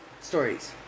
stories